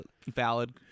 valid